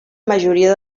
majoria